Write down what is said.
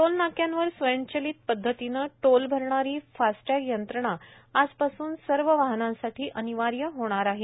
टोलनाक्यांवर स्वयंचलित पदधतीनं टोल भरणारी फास्टॅग यंत्रणा आजपासून सर्व वाहनांसाठी अनिवार्य होणार आहे